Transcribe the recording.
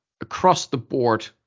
across-the-board